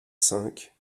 cinq